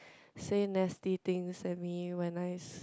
say nasty things at me when I s~